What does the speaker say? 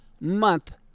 month